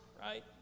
right